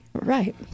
Right